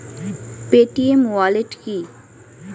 Paytm wallet কি?